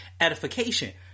edification